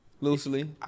Loosely